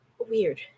weird